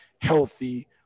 healthy